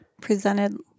presented